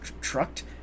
trucked